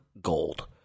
gold